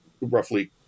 roughly